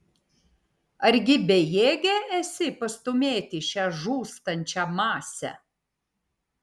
argi bejėgė esi pastūmėti šią žūstančią masę